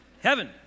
Heaven